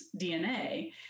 DNA